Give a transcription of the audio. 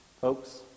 Folks